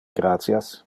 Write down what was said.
gratias